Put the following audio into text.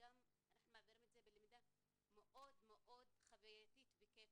אנחנו מעבירים את זה בלמידה מאוד חווייתית וכיפית,